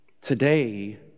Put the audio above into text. Today